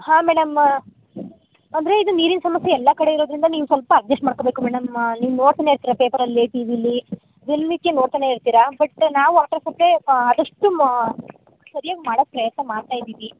ಹಾಂ ಮೇಡಮ್ ಅಂದರೆ ಇದು ನೀರಿನ ಸಮಸ್ಯೆ ಎಲ್ಲ ಕಡೆ ಇರೋದರಿಂದ ನೀವು ಸ್ವಲ್ಪ ಅಜ್ಜಸ್ಟ್ ಮಾಡ್ಕೋಬೇಕು ಮೇಡಮ್ ನೀವು ನೋಡ್ತನೇ ಇರ್ತೀರ ಪೇಪರಲ್ಲಿ ಟಿ ವಿಲ್ಲಿ ದಿನ ನಿತ್ಯ ನೋಡ್ತನೇ ಇರ್ತೀರ ಬಟ್ ನಾವು ವಾಟ್ರ್ ಸಪ್ಲೈ ಆದಷ್ಟು ಮಾ ಸರಿಯಾಗಿ ಮಾಡಕ್ಕೆ ಪ್ರಯತ್ನ ಮಾಡ್ತಾ ಇದ್ದೀವಿ